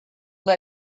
have